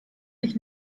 ich